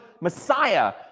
Messiah